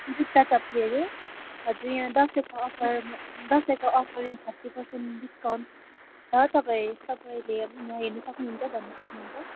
जुत्ता चप्पलहरू हजुर यहाँ दसैँको अफर दसैँको अफर यहाँ थर्टी पर्सेन्ट डिस्काउन्ट छ तपाईँ तपाईँले हेर्नु सक्नुहुन्छ भन्नु सक्नुहुन्छ